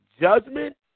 judgment